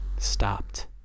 stopped